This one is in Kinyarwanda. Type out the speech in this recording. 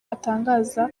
atangaza